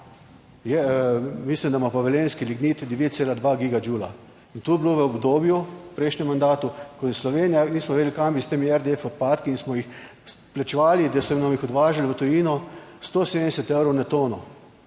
mislim, da ima pa velenjski lignit 9,2 gigadžula. In to je bilo v obdobju, v prejšnjem mandatu, ko je Slovenija, nismo vedeli kam bi s temi RDF odpadki in smo jih plačevali, da so nam jih odvažali v tujino, 170 evrov na tono.